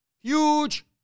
huge